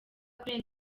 internet